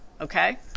Okay